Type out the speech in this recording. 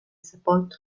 sepolto